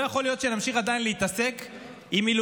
לא יכול להיות שנמשיך עדיין להתעסק,